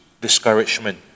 discouragement